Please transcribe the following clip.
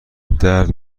درد